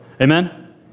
Amen